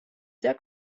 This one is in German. sehr